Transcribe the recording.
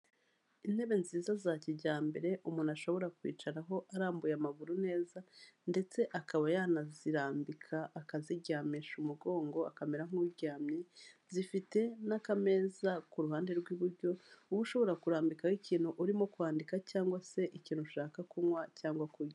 Intebe nziza za kijyambere umuntu ashobora kwicaraho arambuye amaguru neza ndetse akaba yanazirambika akaziryamisha umugongo akamera nk'uryamye, zifite n'akameza ku ruhande rw'iburyo, wowe ushobora kurambikaho ikintu urimo kwandika cyangwa se ikintu ushaka kunywa cyangwa kurya.